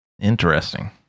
Interesting